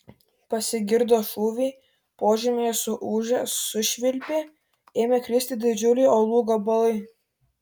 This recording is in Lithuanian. pasigirdo šūviai požemyje suūžė sušvilpė ėmė kristi didžiuliai uolų gabalai